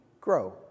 grow